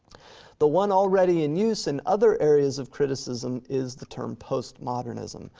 the one already in use in other areas of criticism is the term postmodernism.